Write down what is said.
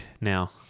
now